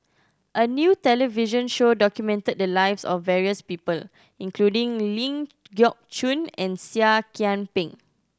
a new television show documented the lives of various people including Ling Geok Choon and Seah Kian Peng